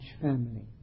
family